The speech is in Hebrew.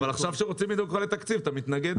אבל עכשיו כשרוצים לדאוג לך לתקציב אתה מתנגד.